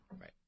Right